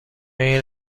این